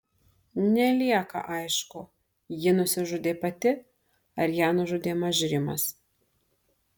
nelieka aišku ji nusižudė pati ar ją nužudė mažrimas